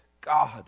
God